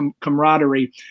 camaraderie